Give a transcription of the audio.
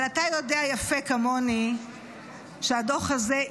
אבל אתה יודע יפה כמוני שהדוח הזה,